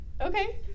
Okay